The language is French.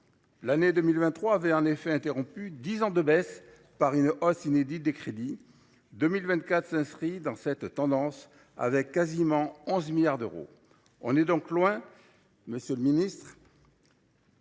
L’année 2023 avait en effet interrompu dix ans de baisse par une hausse inédite des crédits. L’année 2024 s’inscrit dans cette dynamique, avec quasiment 11 milliards d’euros. On est donc loin, monsieur le ministre,